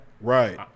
Right